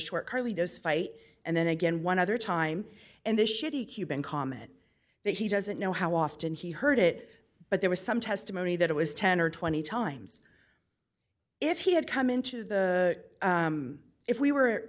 short carlitos fight and then again one other time and this shitty cuban comment that he doesn't know how often he heard it but there was some testimony that it was ten or twenty times if he had come into the if we were